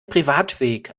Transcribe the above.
privatweg